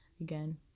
again